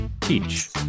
teach